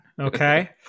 okay